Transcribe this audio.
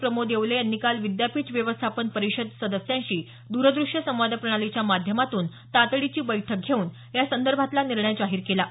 प्रमोद येवले यांनी काल विद्यापीठ व्यवस्थापन परिषद सदस्यांशी द्रदृष्य संवाद प्रणालीच्या माध्यमातून तातडीची बैठक घेऊन या संदर्भातला निर्णय जाहीर केला आहे